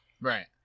Right